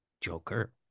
Joker